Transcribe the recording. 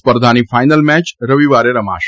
સ્પર્ધાની ફાઇનલ મેય રવિવારે રમાશે